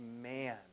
man